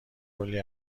کلی